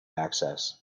access